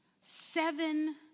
seven